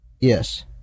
Yes